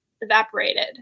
evaporated